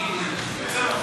(תיקוני חקיקה),